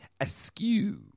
askew